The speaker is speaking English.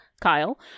Kyle